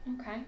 Okay